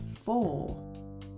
four